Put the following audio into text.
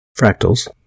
Fractals